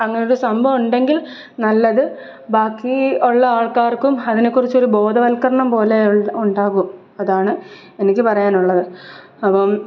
അങ്ങനെയൊരു സംഭവം ഉണ്ടെങ്കിൽ നല്ലത് ബാക്കി ഉള്ള ആൾക്കാർക്കും അതിനെക്കുറിച്ചൊരു ബോധവൽക്കരണം പോലെ ഉണ്ടാകും അതാണ് എനിക്ക് പറയാനുള്ളത് അപ്പം